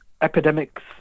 epidemics